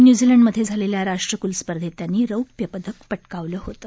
न्यूझीलंडमधे झालेल्या राष्ट्रक्ल स्पर्धेत त्यांनी रौप्यपदक पटकावलं होतं